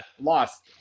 lost